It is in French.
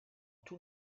tous